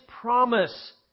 promise